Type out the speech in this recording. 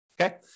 okay